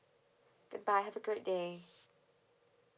goodbye have a great day